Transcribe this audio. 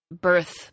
birth